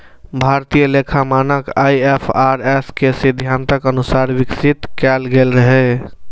भारतीय लेखा मानक आई.एफ.आर.एस के सिद्धांतक अनुसार विकसित कैल गेल रहै